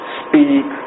speak